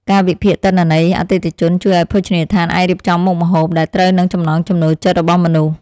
ការវិភាគទិន្នន័យអតិថិជនជួយឱ្យភោជនីយដ្ឋានអាចរៀបចំមុខម្ហូបដែលត្រូវនឹងចំណង់ចំណូលចិត្តរបស់មនុស្ស។